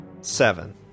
Seven